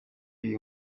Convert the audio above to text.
iyi